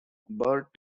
bert